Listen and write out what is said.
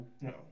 No